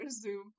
Zoom